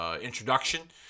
introduction